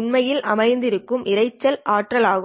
உண்மையில் அமர்ந்திருக்கும் இரைச்சல் ஆற்றல் ஆகும்